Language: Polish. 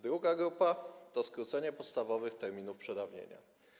Druga grupa to skrócenie podstawowych terminów przedawnienia.